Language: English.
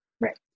Right